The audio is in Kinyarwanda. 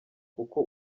kuko